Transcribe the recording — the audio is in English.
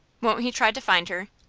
won't he try to find her?